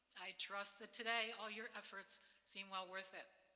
i trust that today, all your efforts seem well worth it.